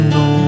no